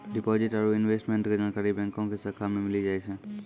deposit आरू investment के जानकारी बैंको के शाखा मे मिली जाय छै